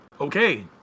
Okay